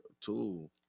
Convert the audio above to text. tool